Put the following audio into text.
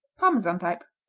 parmesan-type.